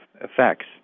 effects